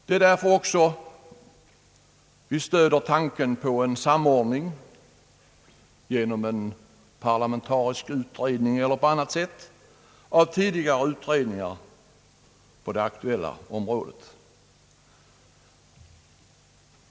Det är därför som vi stöder tanken på en samordning genom en parlamentarisk utredning eller på annat sätt av tidigare utredningar på det aktuella området.